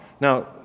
Now